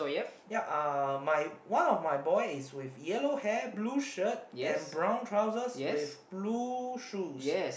ya uh my one of my boy is with yellow hair blue shirt and brown trousers with blue shoes